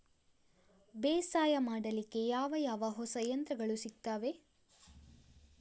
ಬೇಸಾಯ ಮಾಡಲಿಕ್ಕೆ ಯಾವ ಯಾವ ಹೊಸ ಯಂತ್ರಗಳು ಸಿಗುತ್ತವೆ?